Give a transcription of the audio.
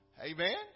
Amen